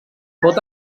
pot